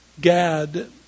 Gad